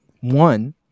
one